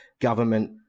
government